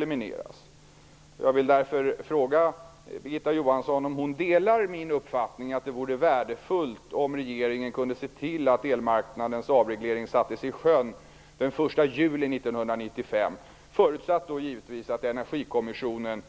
Därför vill jag fråga Birgitta Johansson om hon delar min uppfattning, nämligen att det vore värdefullt om regeringen kunde se till att elmarknadens avreglering sattes i sjön den 1 juli 1995, givetvis under förutsättning att Energikommissionen